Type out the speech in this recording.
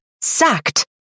sacked